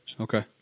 Okay